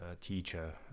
teacher